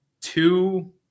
two